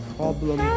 problem